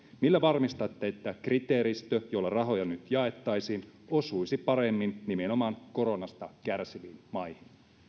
millä varmistatte että kriteeristö jolla rahoja nyt jaettaisiin osuisi paremmin nimenomaan koronasta kärsiviin maihin